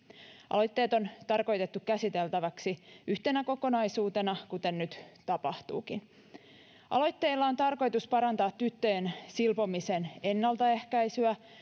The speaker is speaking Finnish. aloitteet on tarkoitettu käsiteltäväksi yhtenä kokonaisuutena kuten nyt tapahtuukin aloitteilla on tarkoitus parantaa tyttöjen silpomisen ennaltaehkäisyä